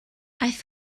aeth